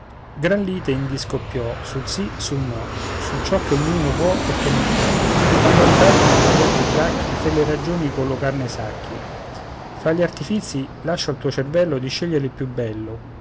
gran lite indi scoppiò sul sì sul no su ciò che ognuno può e che non può quando ad un tratto un abbaiar di bracchi fe le ragioni collocar nei sacchi fra gli artifizi lascio al tuo cervello di scegliere il più bello